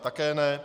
Také ne.